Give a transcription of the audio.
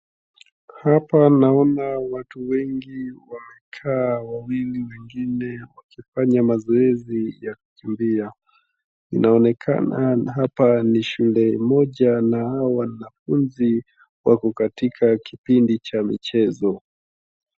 Hapa naona watu wengi wanakaa wawili, wengine wakifanya mazoezi ya kukimbia. Inaonekana hapa ni shule moja na hawa wanafunzi wako katika kipindi cha michezo.